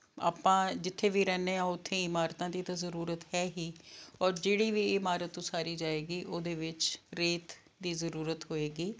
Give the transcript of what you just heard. ਆਪਾਂ ਜਿੱਥੇ ਵੀ ਰਹਿੰਦੇ ਹਾਂ ਉੱਥੇ ਇਮਾਰਤਾਂ ਦੀ ਤਾਂ ਜ਼ਰੂਰਤ ਹੈ ਹੀ ਔਰ ਜਿਹੜੀ ਵੀ ਇਮਾਰਤ ਉਸਾਰੀ ਜਾਵੇਗੀ ਉਹਦੇ ਵਿੱਚ ਰੇਤ ਦੀ ਜ਼ਰੂਰਤ ਹੋਏਗੀ